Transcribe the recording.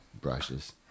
brushes